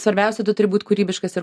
svarbiausia tu turi būt kūrybiškas ir